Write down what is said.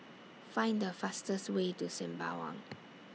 Find The fastest Way to Sembawang